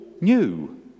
new